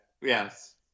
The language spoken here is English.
Yes